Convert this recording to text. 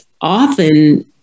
often